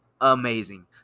amazing